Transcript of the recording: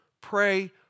pray